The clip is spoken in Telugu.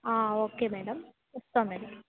ఓకే మేడం వస్తా మేడం